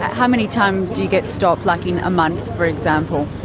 how many times do you get stopped like in a month, for example?